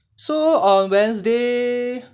so on wednesday